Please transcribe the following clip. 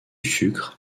sucre